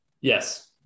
Yes